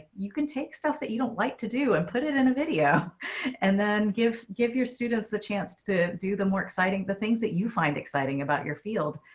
you can take stuff that you don't like to do and put it in a video and then give give your students the chance to do the more exciting the things that you find exciting about your field.